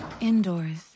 indoors